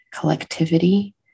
Collectivity